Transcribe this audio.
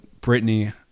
Britney